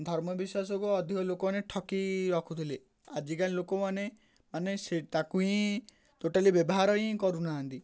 ଧର୍ମବିଶ୍ୱାସକୁ ଅଧିକ ଲୋକମାନେ ଠକିକି ରଖୁଥିଲେ ଆଜିକା ଲୋକମାନେ ମାନେ ସେ ତାକୁ ହିଁ ଟୋଟାଲି ବ୍ୟବହାର ହିଁ କରୁନାହାନ୍ତି